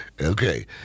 okay